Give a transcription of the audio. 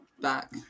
back